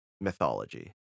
mythology